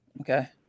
Okay